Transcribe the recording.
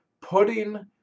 putting